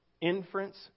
Inference